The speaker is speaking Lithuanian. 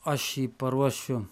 aš jį paruošiu